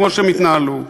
כמו שהם התנהלו.